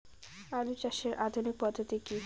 আলু চাষের আধুনিক পদ্ধতি কি?